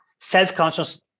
self-conscious